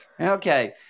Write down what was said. Okay